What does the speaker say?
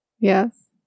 yes